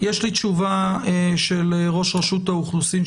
יש לי תשובה של ראש רשות האוכלוסין,